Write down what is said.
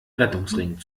rettungsring